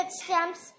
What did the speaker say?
stamps